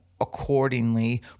accordingly